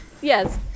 Yes